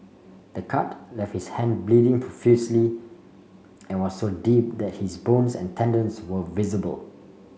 the cut left his hand bleeding profusely and was so deep that his bones and tendons were visible